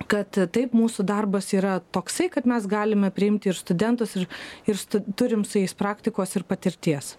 kad taip mūsų darbas yra toksai kad mes galime priimti ir studentus ir ir turim su jais praktikos ir patirties